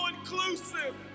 inclusive